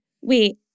Wait